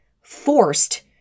forced